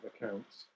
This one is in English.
accounts